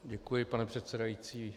Děkuji, pane předsedající.